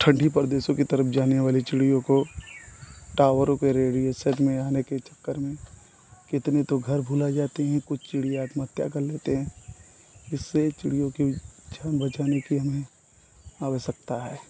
ठंडे प्रदेशों की तरफ जाने वाली चिड़ियों को टावरों के रेडिएसन में आने के चक्कर में कितने तो घर भुला जाती हैं कुछ चिड़िया आत्महत्या कर लेते हैं इससे चिड़ियों का भी जान बचाने की हमें आवश्यकता है